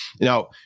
Now